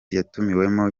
yatumiwemo